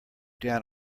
down